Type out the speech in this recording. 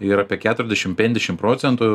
ir apie keturiasdešim pendešim procentų